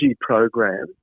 program